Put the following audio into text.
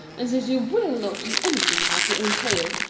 and since you will not do anything about the entail,